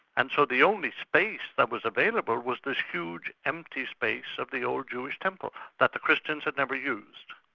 and so the only space that was available was this huge empty space of the old jewish temple that the christians had never used.